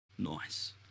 Nice